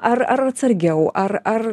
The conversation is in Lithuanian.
ar atsargiau ar ar